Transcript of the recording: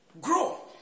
Grow